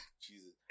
Jesus